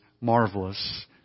marvelous